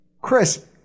Chris